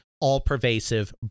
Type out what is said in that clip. all-pervasive